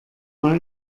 mal